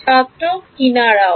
ছাত্র কিনারাও